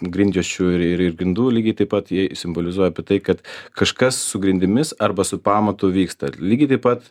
grindjuosčių ir ir grindų lygiai taip pat jie simbolizuoja apie tai kad kažkas su grindimis arba su pamatu vyksta lygiai taip pat